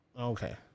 Okay